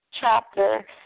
chapter